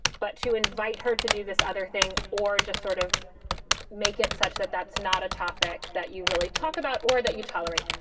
but to invite her to do this other thing or just sort of make it such that that's not a topic that you really talk about or that you tolerate.